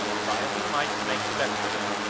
try as he might to make the best of it,